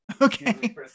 okay